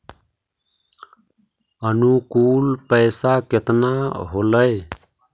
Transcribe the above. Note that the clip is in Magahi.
अनुकुल पैसा केतना होलय